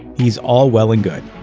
he's all well and good.